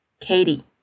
Katie